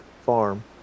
farm